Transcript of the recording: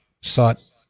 sought